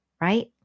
Right